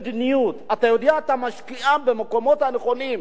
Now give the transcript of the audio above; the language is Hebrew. מדיניות, אתה יודע שאתה משקיע במקומות הנכונים,